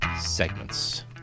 segments